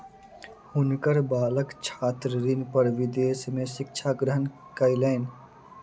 हुनकर बालक छात्र ऋण पर विदेश में शिक्षा ग्रहण कयलैन